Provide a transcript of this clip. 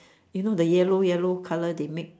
you know the yellow yellow colour they make